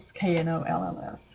K-N-O-L-L-S